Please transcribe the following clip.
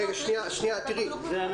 היא לא מבינה את הנושא.